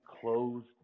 closed